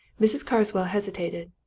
mrs. carswell hesitated.